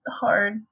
hard